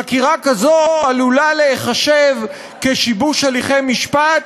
חקירה כזו עלולה להיחשב שיבוש הליכי משפט,